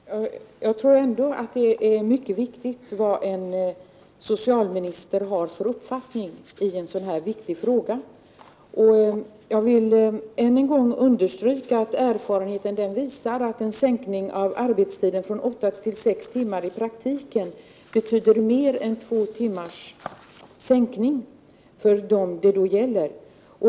Herr talman! Jag tror ändå att det är mycket viktigt vad en socialminister har för uppfattning i en sådan här viktig fråga. Jag vill än en gång understryka att erfarenheten visar att en sänkning av arbetstiden från åtta till sex timmar i praktiken betyder mer än två timmars säkning för dem det gäller.